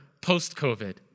post-COVID